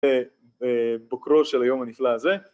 בבוקרו של היום הנפלא הזה